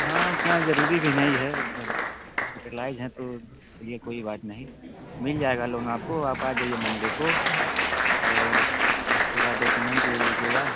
हाँ उतना ज़रूरी भी नहीं है अब होस्पिटलाइज़ हैं तो चलिए कोई बात नहीं मिल जाएगा लोन आपको आप आ जाइए मंडे को और पूरा डॉक्यूमेंट ले लीजिएगा